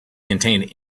contained